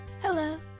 Hello